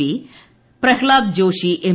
P Pralhad Joshi M